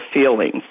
feelings